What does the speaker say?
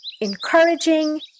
encouraging